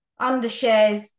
undershares